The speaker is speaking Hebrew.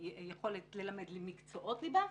יכולת ללמד מקצועות ליבה,